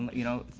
you know,